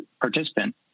participant